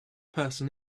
person